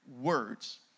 words